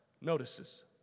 notices